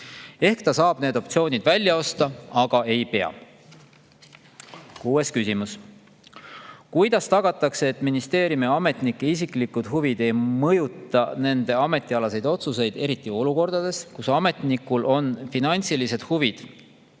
Ehk ta saab need optsioonid välja osta, aga ei pea ostma. Kuues küsimus: "Kuidas tagatakse, et ministeeriumi ametnike isiklikud huvid ei mõjuta nende ametialaseid otsuseid, eriti olukorras, kus ametnikul on finantsilised huvid